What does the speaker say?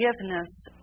forgiveness